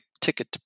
ticket